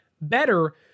better